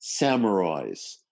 samurais